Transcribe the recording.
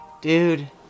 dude